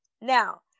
Now